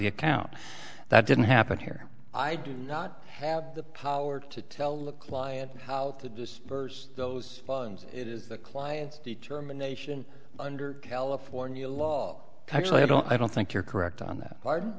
the account that didn't happen here i do not have the power to tell the client how to disburse those funds it is the client's determination under california law actually i don't i don't think you're correct on that